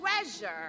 treasure